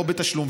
לא בתשלום,